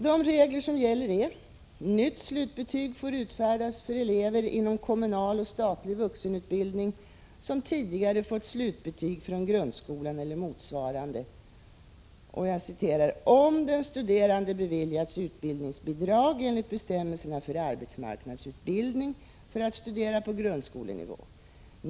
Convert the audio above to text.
De regler som gäller är: Nytt slutbetyg får utfärdas för elever inom kommunal och statlig vuxenutbildning som tidigare fått slutbetyg från grundskolan eller motsvarande ”om den studerande beviljats utbildningsbidrag enligt bestämmelserna för arbetsmarknadsutbildning för att studera på grundskolenivå.